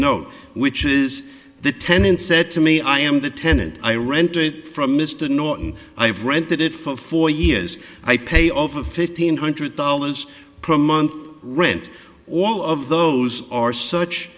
note which is the tenant said to me i am the tenant i rent it from mr norton i have rented it for four years i pay over fifteen hundred dollars per month rent all of those are such